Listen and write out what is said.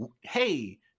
hey